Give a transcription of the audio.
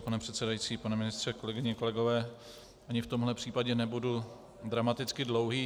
Pane předsedající, pane ministře, kolegyně, kolegové, ani v tomhle případě nebudu dramaticky dlouhý.